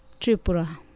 Tripura